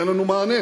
ואין לנו מענה.